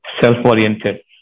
self-oriented